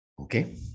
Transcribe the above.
Okay